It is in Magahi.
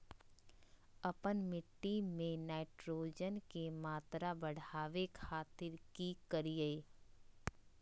आपन मिट्टी में नाइट्रोजन के मात्रा बढ़ावे खातिर की करिय?